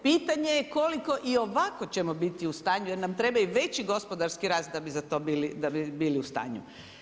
Pitanje koliko i ovako ćemo biti u stanju jer nam treba veći gospodarski rast da bi bili u stanju.